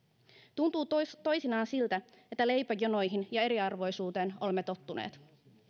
tuntuu toisinaan siltä että leipäjonoihin ja eriarvoisuuteen olemme tottuneet